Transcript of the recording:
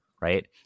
Right